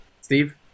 Steve